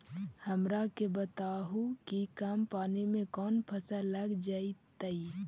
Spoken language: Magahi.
हमरा के बताहु कि कम पानी में कौन फसल लग जैतइ?